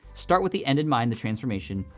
start with the end in mind, the transformation.